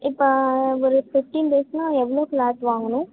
இப்போ ஒரு ஃபிஃப்டீன் டிரெஸ்னால் எவ்வளோ கிளாத் வாங்கணும்